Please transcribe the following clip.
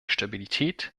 stabilität